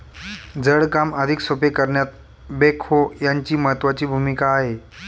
जड काम अधिक सोपे करण्यात बेक्हो यांची महत्त्वाची भूमिका आहे